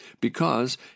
because